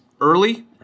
early